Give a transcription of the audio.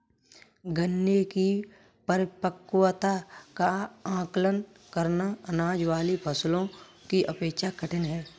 गन्ने की परिपक्वता का आंकलन करना, अनाज वाली फसलों की अपेक्षा कठिन है